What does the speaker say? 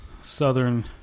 southern